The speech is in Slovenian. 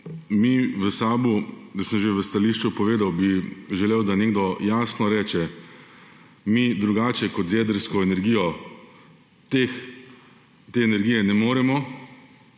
mi v SAB-u, sem že v stališču povedal, bi želeli, da nekdo jasno reče, da mi drugače kot z jedrsko energijo te energije ne moremo